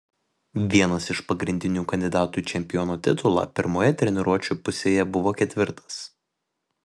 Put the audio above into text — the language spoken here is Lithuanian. vienas iš pagrindinių kandidatų į čempiono titulą pirmoje treniruočių pusėje buvo ketvirtas